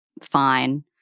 fine